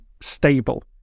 stable